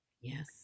Yes